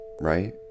right